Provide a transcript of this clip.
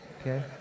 Okay